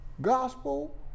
gospel